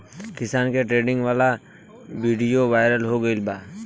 किसान के ट्रेनिंग वाला विडीओ वायरल हो गईल बा